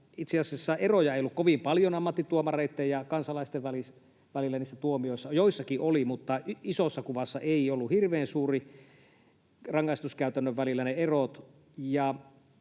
itse asiassa eroja ei ollut kovin paljon ammattituomareitten ja kansalaisten välillä niissä tuomioissa. Joissakin oli, mutta isossa kuvassa eivät olleet hirveän suuria rangaistuskäytännön välillä ne erot.